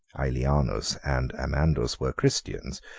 aelianus and amandus, were christians,